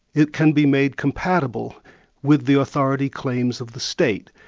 it can be made compatible with the authority claims of the state?